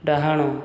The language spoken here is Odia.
ଡାହାଣ